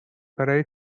برای